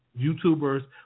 youtubers